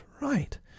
right